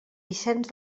vicenç